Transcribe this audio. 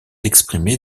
exprimées